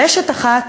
רשת אחת,